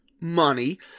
money